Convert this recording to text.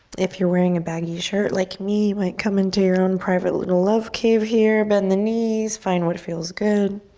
if you're wearing a baggy shirt like me, you might come into your own private little love cave here. bend the knees. find what feels good.